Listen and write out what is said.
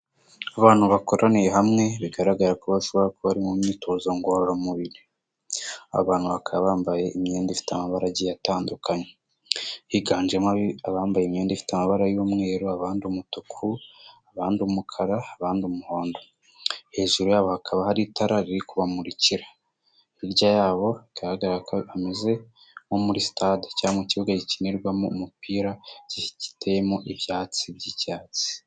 Abantu bakoraniye hamwe bigaragara ko bashobora kuba bari mu myitozo ngororamubiri. Aba bantu bakaba bambaye imyenda ifite amabara agiye atandukanye. Higanjemo abambaye imyenda ifite amabara y'umweru, abandi umutuku, abandi umukara, abandi umuhondo. Hejuru yabo hakaba hari itara riri kubamurikira. Hirya yabo bigaragara ko hameze nko muri sitade cyangwa mu kibuga gikinirwamo umupira giteyemo ibyatsi by'icyatsi.